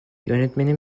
yönetmenin